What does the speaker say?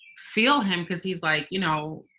feel him because he's like, you know,